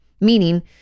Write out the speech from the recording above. Meaning